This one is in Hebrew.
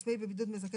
עצמאי בבידוד מזכה,